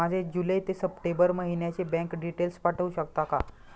माझे जुलै ते सप्टेंबर महिन्याचे बँक डिटेल्स पाठवू शकता का?